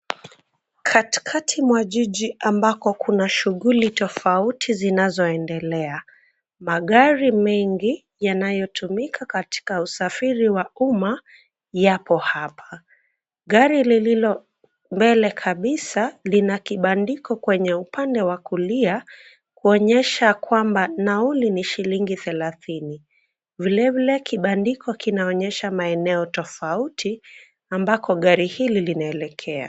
Katikati mwa jiji ambako kuna shughuli tofauti zinazoendelea. Magari mengi yanayotumika katika usafiri wa umma, yapo hapa. Gari lililo mbele kabisa, lina kibandiko kwenye upande wa kulia, kuonyesha kwamba nauli ni shilingi thelathini. Vilevile kibandiko kinaonyesha maeneo tofauti, ambako gari hili linaelekea.